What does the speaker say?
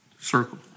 circle